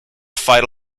fight